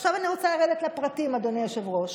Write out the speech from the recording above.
ועכשיו אני רוצה לרדת לפרטים, אדוני היושב-ראש.